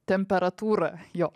temperatūrą jo